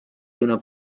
d’una